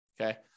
okay